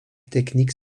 techniques